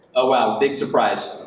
ah wow, big surprise.